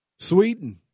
Sweden